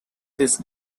his